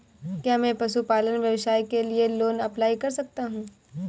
क्या मैं पशुपालन व्यवसाय के लिए लोंन अप्लाई कर सकता हूं?